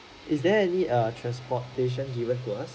is there any err transportation given to us